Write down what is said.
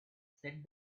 said